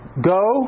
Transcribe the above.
Go